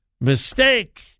mistake